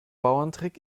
bauerntrick